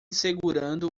segurando